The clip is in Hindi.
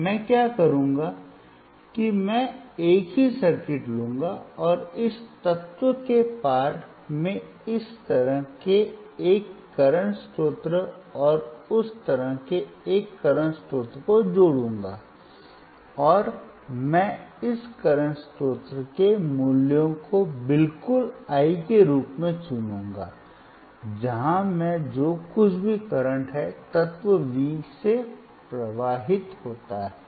मैं क्या करूंगा कि मैं एक ही सर्किट लूंगा और इस तत्व के पार मैं इस तरह के एक करंट स्रोत और उस तरह के एक करंट स्रोत को जोड़ूंगा और मैं इस करंट स्रोत के मूल्यों को बिल्कुल I के रूप में चुनूंगा जहां मैं जो कुछ भी करंट है तत्व V से प्रवाहित होता है